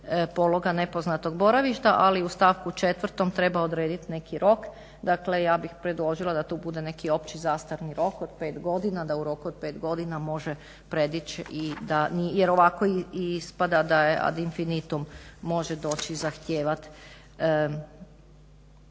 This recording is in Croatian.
pologa nepoznatog boravišta, ali u stavku 4.treba odrediti neki rok. Dakle ja bih predložila da tu bude neki opći zastarni rok od 5 godina da u roku od 5 godina može predići jer ovako ispada da je ad infinitum može doći zahtijevati